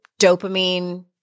dopamine